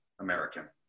American